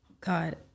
god